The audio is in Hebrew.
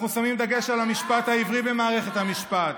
אנחנו שמים דגש על המשפט העברי במערכת המשפט,